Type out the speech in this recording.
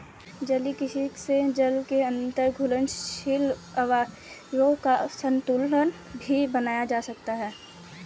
जलीय कृषि से जल के अंदर घुलनशील अवयवों का संतुलन भी बनाया जा सकता है